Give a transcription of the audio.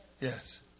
Yes